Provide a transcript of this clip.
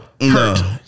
No